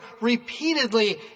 repeatedly